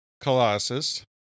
colossus